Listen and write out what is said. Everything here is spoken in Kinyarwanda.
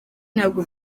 ntabwo